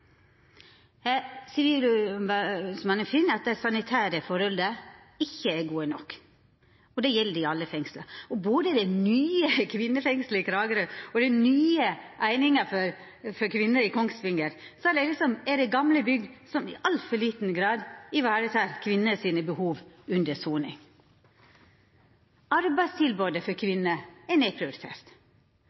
finn at dei sanitære forholda ikkje er gode nok. Det gjeld i alle fengsel. Både det nye kvinnefengselet i Kragerø og den nye eininga for kvinner i Kongsvinger er gamle bygg, som i altfor liten grad varetek behova til kvinner under soning. Arbeidstilbodet til kvinner er nedprioritert.